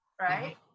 right